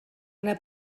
una